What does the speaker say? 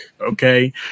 Okay